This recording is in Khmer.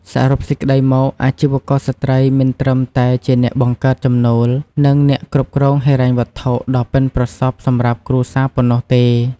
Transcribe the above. សរុបសេចក្ដីមក អាជីវករស្ត្រីមិនត្រឹមតែជាអ្នកបង្កើតចំណូល និងអ្នកគ្រប់គ្រងហិរញ្ញវត្ថុដ៏ប៉ិនប្រសប់សម្រាប់គ្រួសារប៉ុណ្ណោះទេ។